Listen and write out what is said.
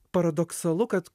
paradoksalu kad